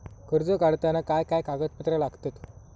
कर्ज काढताना काय काय कागदपत्रा लागतत?